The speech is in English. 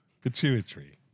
Pituitary